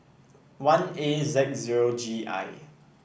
one A Z zero G I